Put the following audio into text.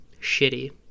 shitty